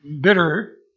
bitter